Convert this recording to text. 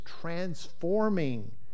transforming